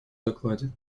докладе